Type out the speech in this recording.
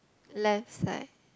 left side